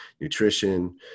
Nutrition